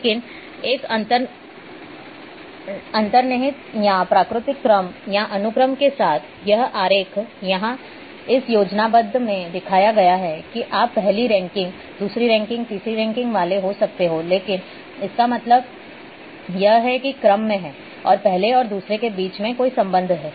लेकिन एक अंतर्निहित या प्राकृतिक क्रम या अनुक्रम के साथ यह आरेख यहां इस योजनाबद्ध में दिखाया गया है कि आप पहली रैंकिंग दूसरी रैंकिंग तीसरी रैंकिंग वाले हो सकते हैं इसका मतलब है कि यह क्रम मैं है और पहले और दूसरे के बीच में कोई संबंध है